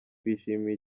twishimiye